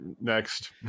next